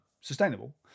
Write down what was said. sustainable